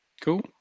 Cool